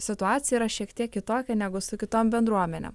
situacija yra šiek tiek kitokia negu su kitom bendruomenėm